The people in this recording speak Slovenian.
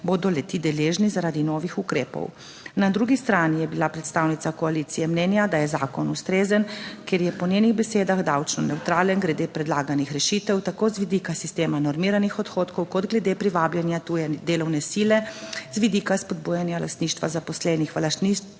bodo le-ti deležni zaradi novih ukrepov. Na drugi strani je bila predstavnica koalicije mnenja, da je zakon ustrezen, ker je po njenih besedah davčno nevtralen glede predlaganih rešitev tako z vidika sistema normiranih odhodkov kot glede privabljanja tuje delovne sile z vidika spodbujanja lastništva zaposlenih v